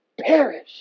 perish